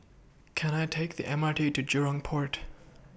Can I Take The M R T to Jurong Port